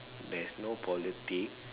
there's no politics